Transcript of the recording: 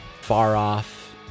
far-off